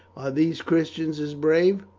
these christians as brave?